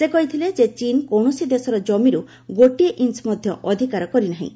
ସେ କହିଥିଲେ ଯେ ଚୀନ୍ କୌଣସି ଦେଶର ଜମିରୁ ଗୋଟିଏ ଇଞ୍ଚ ମଧ୍ୟ ଅଧିକାର କରିନାହିଁ